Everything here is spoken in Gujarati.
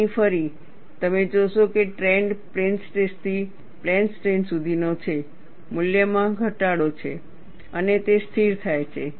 અહીં ફરી તમે જોશો કે ટ્રેન્ડ પ્લેન સ્ટ્રેસ થી પ્લેન સ્ટ્રેઈન સુધીનો છે મૂલ્યમાં ઘટાડો છે અને તે સ્થિર થાય છે